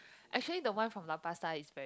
actually the one from Lau-Pa-Sat is